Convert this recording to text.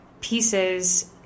pieces